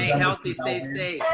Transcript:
healthy, stay safe.